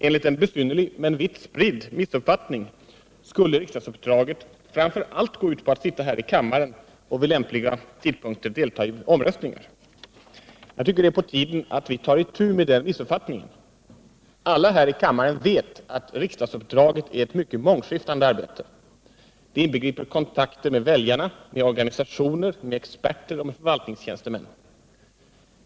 Enligt en besynnerlig men vitt spridd missuppfattning skulle riksdagsuppdraget framför allt gå ut på att sitta här i kammaren och vid lämpliga tidpunkter delta i omröstningar. Jag tycker det är på tiden att ta itu med den missuppfattningen. Alla här i kammaren vet att riksdagsuppdraget är ett mycket mångskiftande arbete. Det inbegriper kontakter med väljarna, med organisationer, med experter och med förvaltningstjänstemän.